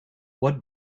what